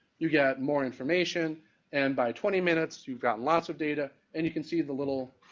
you got more information and by twenty minutes you've got lots of data and you can see the little,